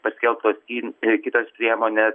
paskelbtos į ir kitos priemonės